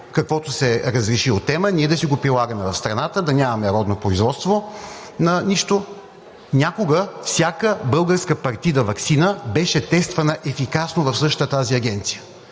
каквото се разреши от ЕМА и да си го прилагаме в страната, а да нямаме родно производство на нищо. Някога всяка партида на българска ваксина беше тествана ефикасно в същата тази агенция